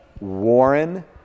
Warren